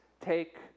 take